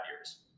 years